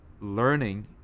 learning